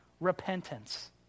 repentance